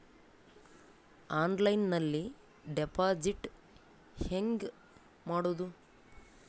ಆನ್ಲೈನ್ನಲ್ಲಿ ಡೆಪಾಜಿಟ್ ಹೆಂಗ್ ಮಾಡುದು?